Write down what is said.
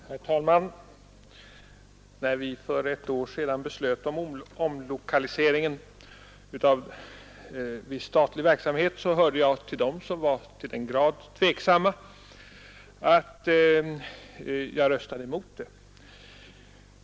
Herr talman! När vi för ett år sedan beslöt en omlokalisering av statlig verksamhet, hörde jag till dem som var till den grad tveksamma att de röstade emot förslaget.